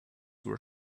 were